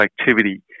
activity